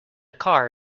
car